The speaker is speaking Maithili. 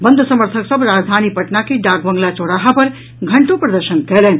बंद समर्थक सभ राजधानी पटना के डाकबंगला चौराहा पर घंटो प्रदर्शन कयलनि